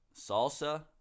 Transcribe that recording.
Salsa